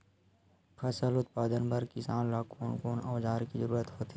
फसल उत्पादन बर किसान ला कोन कोन औजार के जरूरत होथे?